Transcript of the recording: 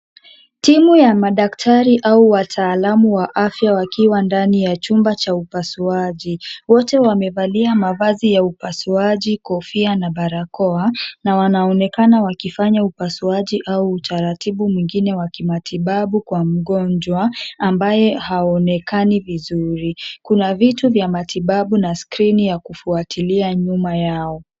Timu ya madaktari au wataalam wa afya wakiwa ndani ya chumba cha upasuaji. Wote wamevalia mavazi ya upasuaji, kofia na barakoa na wanaonekana wakifanya upasuaji au utaratibu mwingine wa kimatibabu kwa mgonjwa ambaye haoenekani vizuri. Kuna vitu vya matibabu na skrini ya kufuatilia nyuma yao.